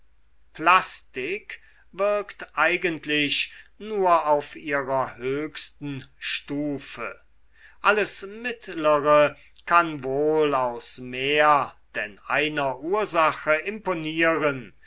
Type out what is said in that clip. plastik wirkt eigentlich nur auf ihrer höchsten stufe alles mittlere kann wohl aus mehr denn einer ursache imponieren